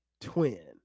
twin